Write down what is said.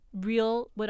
real